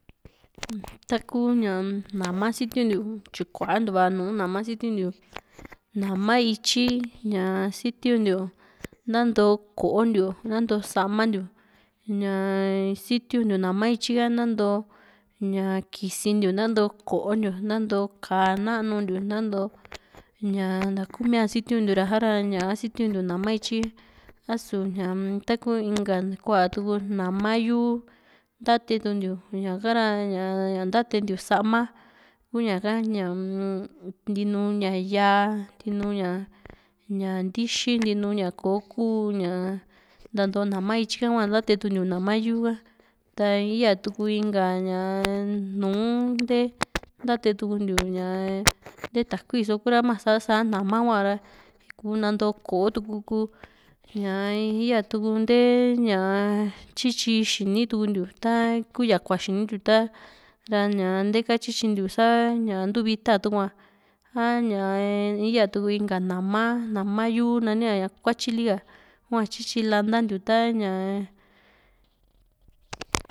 taku nama sitiun tyi kuantua nùù nama ssitiuntiu nama ityi ña sitiuntiu nanto k´o ntiu nanto sama ntiu ñaa sitiuntiu nama ítyi ka nantoo ña kisintiu nanto kontiu nanto ka´a nanu ntiu, nantoo ñaa natukumia sitiuntiu ra sa´ra ña sitiuntiu nama ítyi a su ñaa- m taku inka kuaa tuu nama yuu ntatetuntiu ña ka´ra ña ntatentiu sama ku ña´ka uu ntinu ña yaa ntinu ña ña ntixi ntinu ña ko kuu ña nantoo nama ityi ha hua ntaentuntiu nama yuu ha ta iya tu inka ña nùù ntee ntatetuntiu nte takui so ku´ra mia sa nama huara kuu nantoo ko´o tu´ku ku ñaa iyaa tu ntee ñaa tyityi xini tu´ntiu taku yakua xini ntiu ta ra ñaa ntee ka tityi ntiu sa´ña ntuu vita tu´a ha ñaa iya tuu inka nama nama yuu nania ña kuatyi lika hua tyityi lanta ntiu ta ñaa.